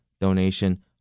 donation